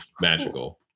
magical